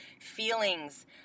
feelings